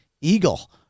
eagle